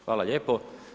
Hvala lijepo.